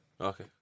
Okay